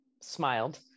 smiled